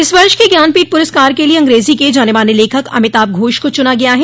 इस वर्ष के ज्ञानपीठ पुरस्कार के लिए अंग्रेजी के जाने माने लेखक अमिताभ घोष को चुना गया है